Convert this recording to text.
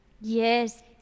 Yes